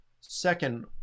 second